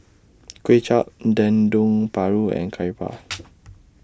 Kuay Chap Dendeng Paru and Curry Puff